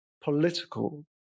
political